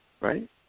Right